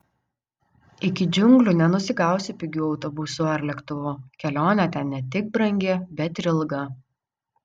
iki džiunglių nenusigausi pigiu autobusu ar lėktuvu kelionė ten ne tik brangi bet ir ilga